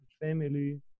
family